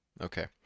Okay